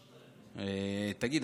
תגיד,